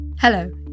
Hello